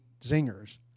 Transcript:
zingers